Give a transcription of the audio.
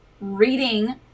reading